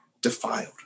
defiled